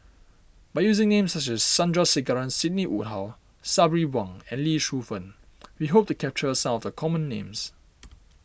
by using names such as Sandrasegaran Sidney Woodhull Sabri Buang and Lee Shu Fen we hope to capture some of the common names